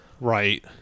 Right